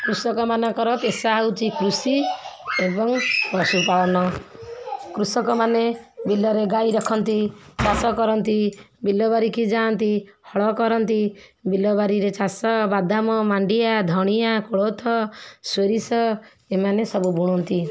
କୃଷକମାନଙ୍କର ପେଶା ହେଉଛି କୃଷି ଏବଂ ପଶୁପାଳନ କୃଷକମାନେ ବିଲରେ ଗାଈ ରଖନ୍ତି ଚାଷ କରନ୍ତି ବିଲ ବାରିକି ଯାଆନ୍ତି ହଳ କରନ୍ତି ବିଲବାରିରେ ଚାଷ ବାଦାମ ମାଣ୍ଡିଆ ଧଣିଆ କୋଳଥ ସୋରିଷ ଏମାନେ ସବୁ ବୁଣନ୍ତି